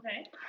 Okay